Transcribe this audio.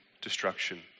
destruction